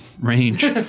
range